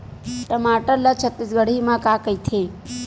टमाटर ला छत्तीसगढ़ी मा का कइथे?